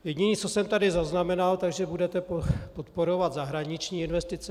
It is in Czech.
Jediné, co jsem tady zaznamenal, že budete podporovat zahraniční investice.